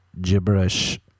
gibberish